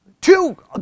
Two